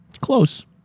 Close